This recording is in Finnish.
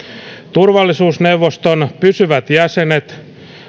turvallisuusneuvoston pysyvät jäsenet